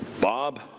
Bob